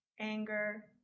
anger